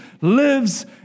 lives